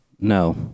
No